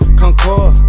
concord